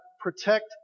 protect